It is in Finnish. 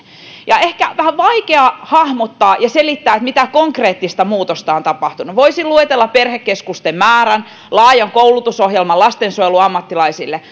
ja on ehkä vähän vaikea hahmottaa ja selittää mitä konkreettista muutosta on tapahtunut voisin luetella perhekeskusten määrän laajan koulutusohjelman lastensuojeluammattilaisille